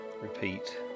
repeat